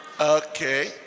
Okay